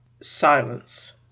Silence